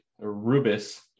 Rubus